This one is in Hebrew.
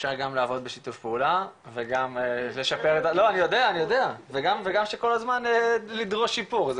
--- אפשר גם לעבוד בשיתוף פעולה וגם לשפר וגם שכל הזמן לדרוש שיפור,